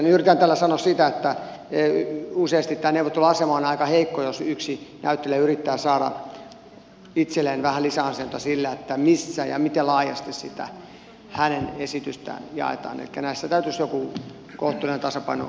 yritän tällä sanoa sitä että useasti neuvotteluasema on aika heikko jos yksi näyttelijä yrittää saada itselleen vähän lisäansiota sillä missä ja miten laajasti sitä hänen esitystään ja että ne keräsivät sopuun koneiden tasapaino